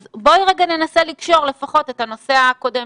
אז בואי רגע ננסה לקשור לפחות את הנושא הקודם